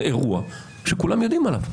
זה אירוע שכולם יודעים עליו.